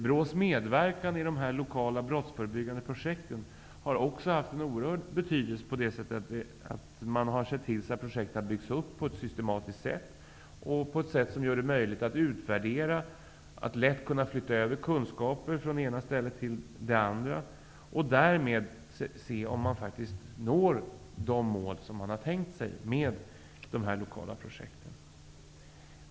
BRÅ:s medverkan i de lokala brottsförebyggande projekten har också haft en oerhörd betydelse på det sättet att man har sett till så att projekten har byggts upp på ett systematiskt sätt och på ett sätt som gör det möjligt att utvärdera och att lätt flytta över kunskaper från det ena stället till det andra och därmed se om man faktiskt når de mål man har tänkt nå med de lokala projekten.